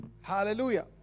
Hallelujah